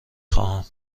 خواهم